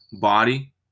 body